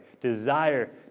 desire